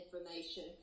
information